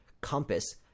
compass